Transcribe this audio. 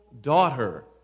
Daughter